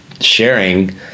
sharing